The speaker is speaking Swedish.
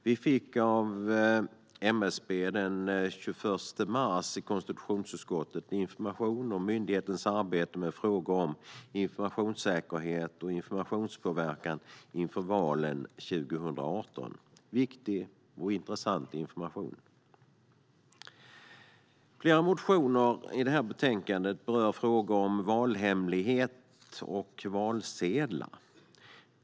Vi fick i konstitutionsutskottet den 21 mars information av MSB om myndighetens arbete med frågor om informationssäkerhet och informationspåverkan inför valen 2018. Det var viktig och intressant information. Flera motioner i det här betänkandet berör frågor om valhemlighet och valsedlar.